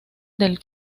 del